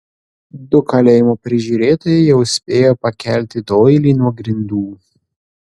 du kalėjimo prižiūrėtojai jau spėjo pakelti doilį nuo grindų